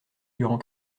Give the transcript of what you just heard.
durant